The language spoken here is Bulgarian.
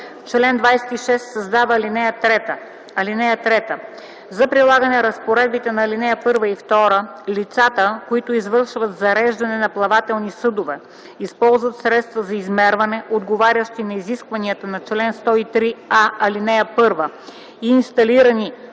чл. 26 се създава ал. 3: „(3) За прилагане разпоредбите на ал. 1 и 2 лицата, които извършват зареждане на плавателни съдове, използват средства за измерване, отговарящи на изискванията на чл. 103а, ал. 1 и инсталирани